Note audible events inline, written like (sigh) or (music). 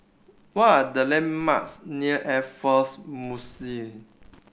what are the landmarks near Air Force (unintelligible)